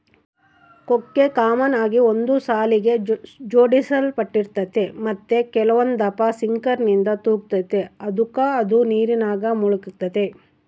ಕೊಕ್ಕೆ ಕಾಮನ್ ಆಗಿ ಒಂದು ಸಾಲಿಗೆ ಜೋಡಿಸಲ್ಪಟ್ಟಿರ್ತತೆ ಮತ್ತೆ ಕೆಲವೊಂದಪ್ಪ ಸಿಂಕರ್ನಿಂದ ತೂಗ್ತತೆ ಅದುಕ ಅದು ನೀರಿನಾಗ ಮುಳುಗ್ತತೆ